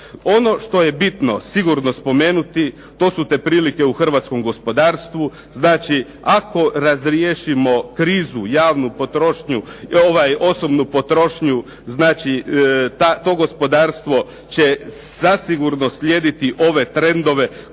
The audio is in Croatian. Ono što je bitno sigurno spomenuti, to su te prilike u hrvatskom gospodarstvu. Znači ako razriješimo krizu, javnu potrošnju, ovaj osobnu potrošnju, znači to gospodarstvo će zasigurno slijediti ove trendove